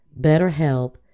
BetterHelp